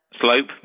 slope